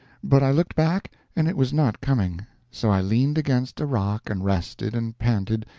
but i looked back, and it was not coming so i leaned against a rock and rested and panted,